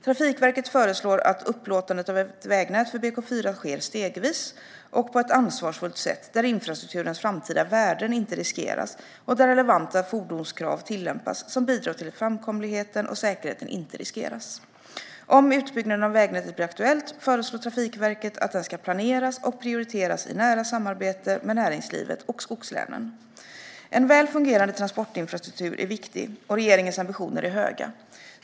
Trafikverket föreslår att upplåtandet av ett vägnät för BK4 sker stegvis och på ett ansvarsfullt sätt där infrastrukturens framtida värden inte riskeras och där relevanta fordonskrav tillämpas som bidrar till att framkomligheten och säkerheten inte riskeras. Om en utbyggnad av vägnätet blir aktuell föreslår Trafikverket att den ska planeras och prioriteras i nära samarbete med näringslivet och skogslänen. En väl fungerande transportinfrastruktur är viktig, och regeringens ambitioner är höga.